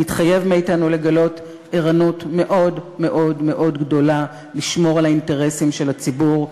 לגלות ערנות מאוד מאוד מאוד גדולה לשמור על האינטרסים של הציבור,